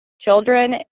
children